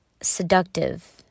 seductive